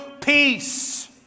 peace